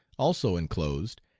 also, inclosed,